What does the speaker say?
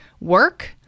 work